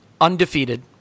undefeated